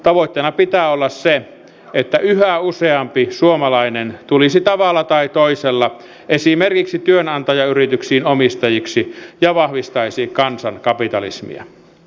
tavoitteena pitää olla se että yhä useampi suomalainen tulisi tavalla tai toisella esimerkiksi työnantajayrityksiin omistajiksi ja vahvistaisi kansankapitalismia